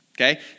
okay